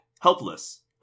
Helpless